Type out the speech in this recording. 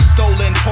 Stolen